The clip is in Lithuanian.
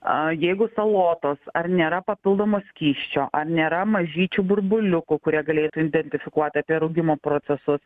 a jeigu salotos ar nėra papildomo skysčio ar nėra mažyčių burbuliukų kurie galėtų identifikuot apie rūgimo procesus